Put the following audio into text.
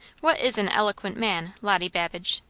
what is an eloquent man lottie babbage?